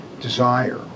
desire